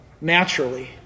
naturally